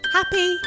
Happy